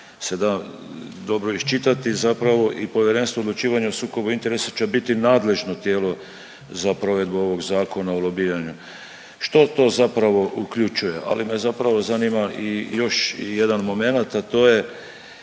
ako se da dobro iščitati, zapravo i Povjerenstvo o odlučivanju sukoba interesa će biti nadležno tijelo za provedbu ovog Zakona o lobiranju. Što to zapravo uključuje? Ali me zapravo zanima i još jedan momenat, a to je